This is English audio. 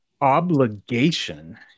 obligation